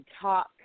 talk